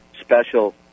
special